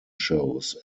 shows